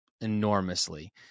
enormously